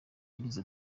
yagize